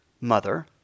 mother